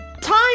Time